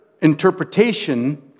interpretation